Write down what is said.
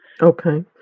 Okay